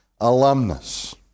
alumnus